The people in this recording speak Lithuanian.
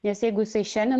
nes jeigu jisai šiandien